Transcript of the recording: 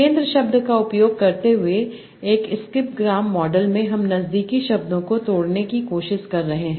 केंद्र शब्द का उपयोग करते हुए एक स्किप ग्राम मॉडल में हम नज़दीकी शब्दों को तोड़ने की कोशिश कर रहे हैं